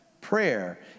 Prayer